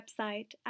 website